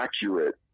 accurate